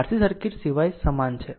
RC circuit સિવાય સમાન છે